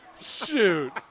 Shoot